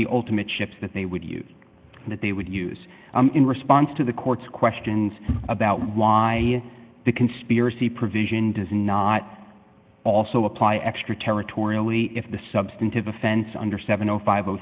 the ultimate ships that they would use that they would use in response to the court's questions about why the conspiracy provision does not also apply extraterritoriality if the substantive offense under seven